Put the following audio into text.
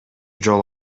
жолу